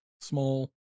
small